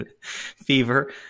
fever